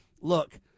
look